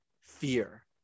fear